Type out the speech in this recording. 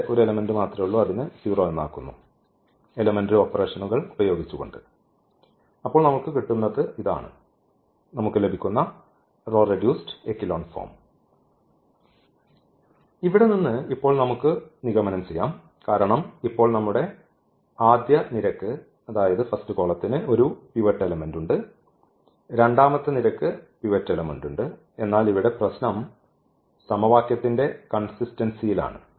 ഇതാണ് നമുക്ക് ലഭിക്കുന്ന റോ റെഡ്യൂസ്ഡ് എക്കെലോൺ ഫോം ഇവിടെ നിന്ന് ഇപ്പോൾ നമുക്ക് നിഗമനം ചെയ്യാം കാരണം ഇപ്പോൾ നമ്മുടെ ആദ്യ നിരയ്ക്ക് ഒരു പിവറ്റ് ഘടകമുണ്ട് രണ്ടാമത്തെ നിരയ്ക്ക് പിവറ്റ് ഘടകവുമുണ്ട് എന്നാൽ ഇവിടെ പ്രശ്നം സമവാക്യത്തിന്റെ കൺസിസ്റ്റൻസിയിലാണ്